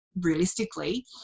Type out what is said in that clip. realistically